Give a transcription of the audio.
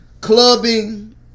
clubbing